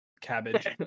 cabbage